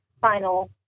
final